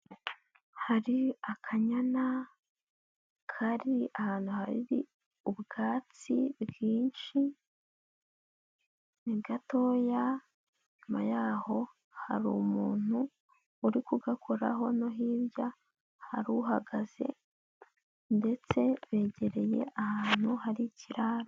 Hari akanyana kari ahantu hari ubwatsi bwinshi, ni gatoya inyuma yaho hari umuntu uri kugakoraho no hirya hari uhagaze, ndetse begereye ahantu hari ikiraro.